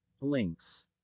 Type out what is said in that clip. Links